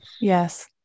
Yes